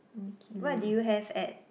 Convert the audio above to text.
okay what did you have at